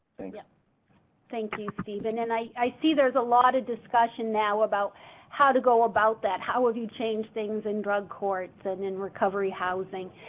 thank yeah thank you, stephen. and i see there's a lot of discussion now about how to go about that. how would you change things in drug courts and in recovery housing.